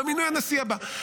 במינוי הנשיא הבא,